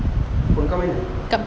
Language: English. phone kau mana